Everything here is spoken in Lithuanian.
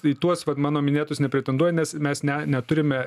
į tuos vat mano minėtus nepretenduoja nes mes neturime